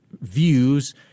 views